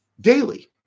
daily